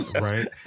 Right